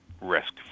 risk